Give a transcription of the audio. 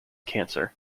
cancer